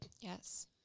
Yes